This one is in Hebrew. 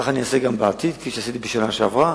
כך אני אעשה גם בעתיד, כפי שעשיתי בשנה שעברה.